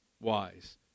wise